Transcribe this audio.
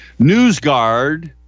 NewsGuard